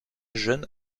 jeune